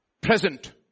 present